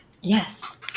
Yes